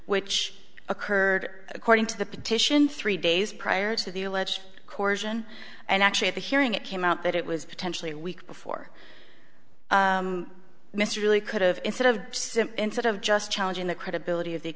which occurred according to the petition three days prior to the alleged and actually at the hearing it came out that it was potentially week before mr lee could have instead of simply instead of just challenging the credibility of the